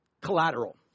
collateral